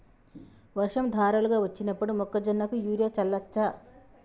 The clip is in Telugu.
వర్షం ధారలుగా వచ్చినప్పుడు మొక్కజొన్న కు యూరియా చల్లచ్చా?